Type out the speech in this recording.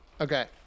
Okay